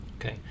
Okay